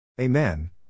Amen